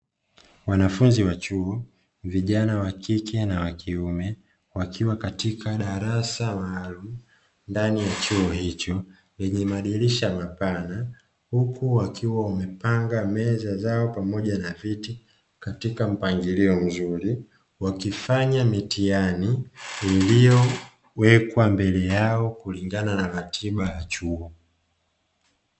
Wanafunzi wa chuo, vijana wa kike na wa kiume, wakiwa katika darasa maalumu ndani ya chuo hicho, chenye madirisha mapana, huku wakiwa wamepanga meza zao pamoja na viti katika mpangilio mzuri, wakifanya mitihani iliyowekwa mbele yao kulingana na ratiba ya chuo .